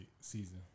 season